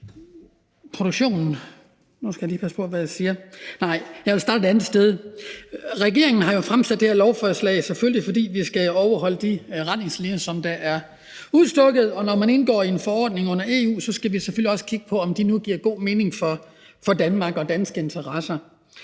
Regeringen har jo fremsat det her lovforslag, fordi vi selvfølgelig skal overholde de retningslinjer, som der er udstukket, og når man indgår i en forordning under EU, skal vi selvfølgelig også kigge på, om det nu giver god mening for Danmark i forhold til danske interesser.